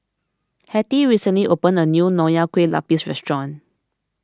Hattie recently opened a new Nonya Kueh Lapis Restaurant